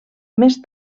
més